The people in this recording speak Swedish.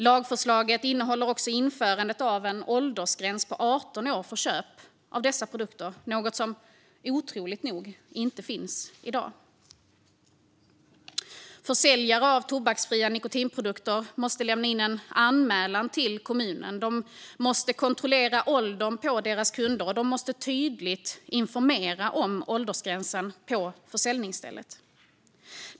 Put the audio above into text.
Lagförslaget innehåller också införandet av en åldersgräns på 18 år för köp av dessa produkter, något som otroligt nog inte finns i dag. Försäljare av tobaksfria nikotinprodukter måste lämna in en anmälan till kommunen. De måste kontrollera åldern på sina kunder, och de måste tydligt informera om åldersgränsen på försäljningsstället.